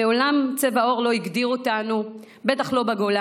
מעולם צבע עור לא הגדיר אותנו, בטח לא בגולה.